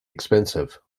expensive